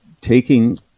taking